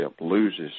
loses